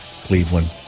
Cleveland